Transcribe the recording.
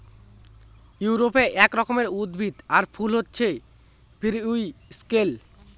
ইউরোপে এক রকমের উদ্ভিদ আর ফুল হছে পেরিউইঙ্কেল